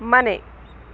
ಮನೆ